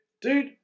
Dude